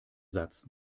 satz